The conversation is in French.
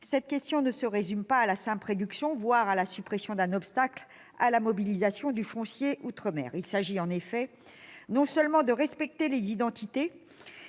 cette question ne se résume pas à la simple réduction, voire à la suppression, d'un obstacle à la mobilisation du foncier en outre-mer. Il s'agit, en effet, non seulement de respecter les identités